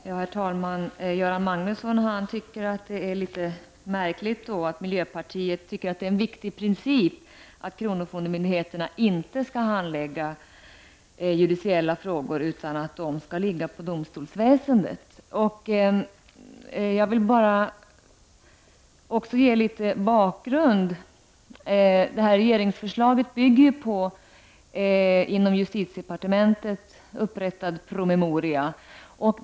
Herr talman! Göran Magnusson anser att det är litet märkligt att miljöpartiet tycker att det är en viktig princip att kronofogdemyndigheterna inte skall handlägga judiciella frågor utan att det skall ligga på domstolsväsendet. Jag skall ge en bakgrund. Regeringsförslaget bygger på en inom justitiedepartementet upprättad promemoria.